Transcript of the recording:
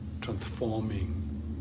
transforming